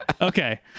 Okay